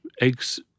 eggs